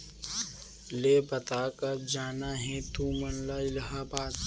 ले बता, कब जाना हे तुमन ला इलाहाबाद?